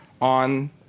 on